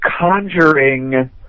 conjuring